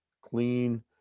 clean